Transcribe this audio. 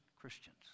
Christians